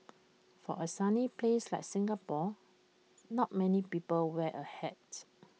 for A sunny place like Singapore not many people wear A hat